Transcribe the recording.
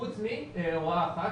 חוץ מהוראה אחת,